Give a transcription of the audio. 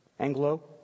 Anglo